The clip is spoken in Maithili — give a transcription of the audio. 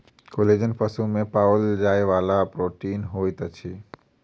कोलेजन पशु में पाओल जाइ वाला प्रोटीन होइत अछि